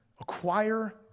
acquire